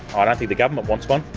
i don't think the government wants one,